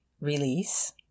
Release